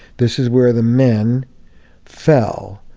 this is where the men fell,